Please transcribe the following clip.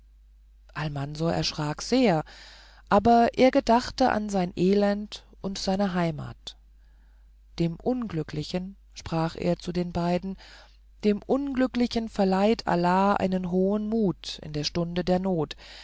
almansor erschrak sehr aber er gedachte an sein elend und seine heimat dem unglücklichen sprach er zu den beiden dem unglücklichen verleiht allah einen hohen mut in der stunde der not